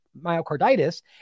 myocarditis